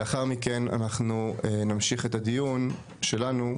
לאחר מכן אנחנו נמשיך את הדיון שלנו,